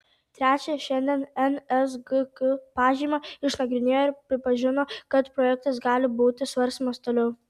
trečia šiandien nsgk pažymą išnagrinėjo ir pripažino kad projektas gali būti svarstomas toliau